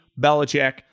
Belichick